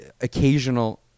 occasional